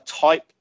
type